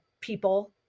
people